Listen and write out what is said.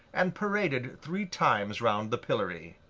and paraded three times round the pillory.